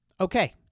Okay